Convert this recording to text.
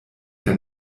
der